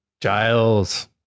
giles